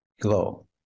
glow